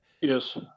yes